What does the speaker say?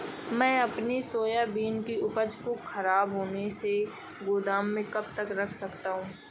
मैं अपनी सोयाबीन की उपज को ख़राब होने से पहले गोदाम में कब तक रख सकता हूँ?